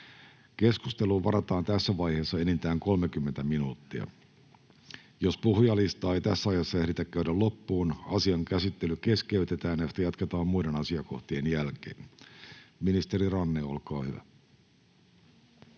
Keskusteluun varataan tässä vaiheessa enintään 30 minuuttia. Jos puhujalistaa ei tässä ajassa ehditä käydä loppuun, asian käsittely keskeytetään ja sitä jatketaan muiden asiakohtien jälkeen. — Ministeri Ranne, olkaa hyvä.